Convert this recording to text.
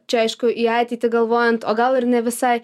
čia aišku į ateitį galvojant o gal ir ne visai